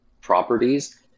properties